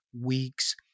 week's